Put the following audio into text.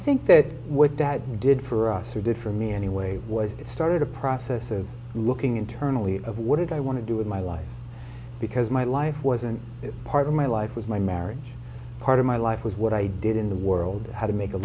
think that what dad did for us or did for me anyway was it started a process of looking internally of what did i want to do with my life because my life wasn't part of my life was my marriage part of my life was what i did in the world how to make a